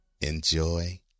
Enjoy